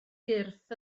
gyrff